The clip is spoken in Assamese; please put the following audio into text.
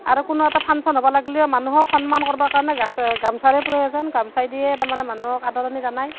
আৰু কোনো এটা ফাংচন হ'বা লাগলিও মানুহক সন্মান কৰবা কাৰণে গাছ গামচাৰে প্ৰয়োজন গামচাই দিয়ে তাৰমানে মানুহক আদৰণি জানায়